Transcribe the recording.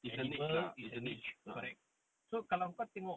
it's a niche lah